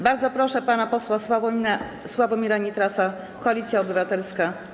Bardzo proszę pana posła Sławomira Nitrasa, Koalicja Obywatelska.